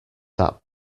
that